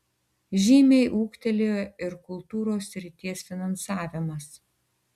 žymiai ūgtelėjo ir kultūros srities finansavimas